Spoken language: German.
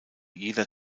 jeder